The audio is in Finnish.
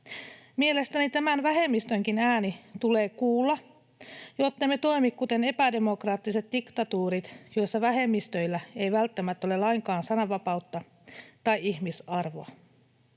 Mielestäni tämän vähemmistönkin ääni tulee kuulla, jottemme toimi kuten epädemokraattiset diktatuurit, joissa vähemmistöillä ei välttämättä ole lainkaan sananvapautta tai ihmisarvoa.